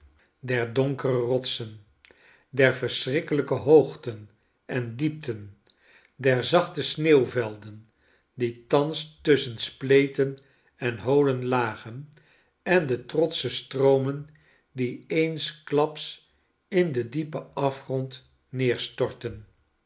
der donkere rotsen der verschrikkelijke hoogten en diepten der zachte sneeuwvelden die thans tusschen spleten en holen lagen en de trotsche stroomen die eensklaps in den diepen afgrond